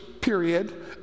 period